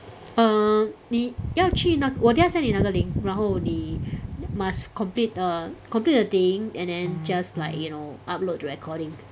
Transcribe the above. err 你要去那我等一下 send 你那个 link 然后你 must complete err complete a thing and then just like you know upload the recording